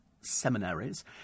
seminaries